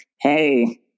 hey